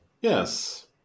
Yes